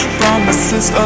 promises